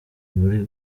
muri